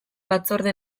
batzorde